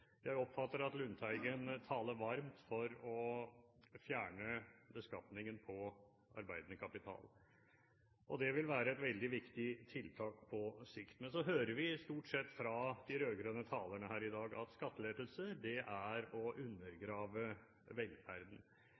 Jeg oppfatter at Lundteigen taler varmt for å fjerne beskatningen på arbeidende kapital. Det vil være et veldig viktig tiltak på sikt. Men så hører vi stort sett fra de rød-grønne talerne her i dag at skattelettelser er å undergrave velferden.